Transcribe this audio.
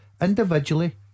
individually